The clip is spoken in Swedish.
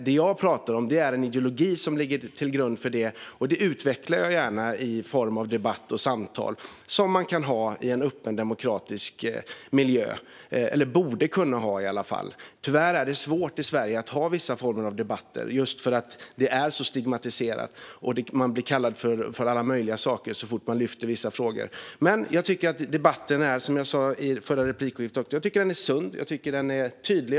Det jag pratar om är en ideologi som ligger till grund för detta, och jag utvecklar gärna det i den debatt och de samtal som man kan ha i en öppen, demokratisk miljö - eller borde kunna ha, i alla fall. Tyvärr är det svårt i Sverige att ha vissa former av debatter just för att de är så stigmatiserande. Man blir kallad för alla möjliga saker så fort man lyfter vissa frågor. Men som jag sa i det förra replikskiftet tycker jag att debatten är sund och tydlig.